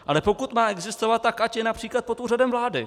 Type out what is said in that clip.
Ale pokud má existovat, tak ať je například pod Úřadem vlády.